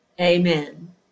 amen